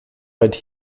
weit